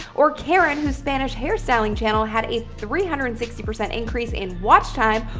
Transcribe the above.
or karen, whose spanish hairstyling channel had a three hundred and sixty percent increase in watch time,